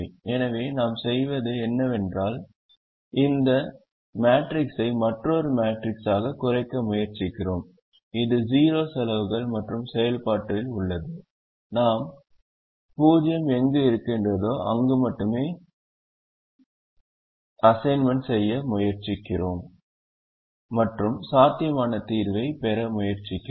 எனவே நாம் செய்வது என்னவென்றால் இந்த மேட்ரிக்ஸை மற்றொரு மேட்ரிக்ஸாகக் குறைக்க முயற்சிக்கிறோம் இது 0 செலவுகள் மற்றும் செயல்பாட்டில் உள்ளது நாம் 0 எங்கு இருக்கின்றதோ அங்கு மட்டுமே அசைன்மென்ட் ஒதுக்கீடு செய்ய முயற்சிக்கிறோம் மற்றும் சாத்தியமான தீர்வைப் பெற முயற்சிக்கிறோம்